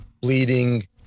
bleeding